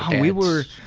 we were